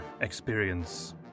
experience